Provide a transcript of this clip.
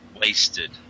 wasted